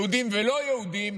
יהודים ולא יהודים,